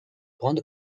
grande